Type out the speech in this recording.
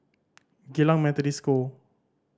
Geylang Methodist School